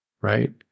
Right